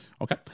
Okay